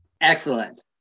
Excellent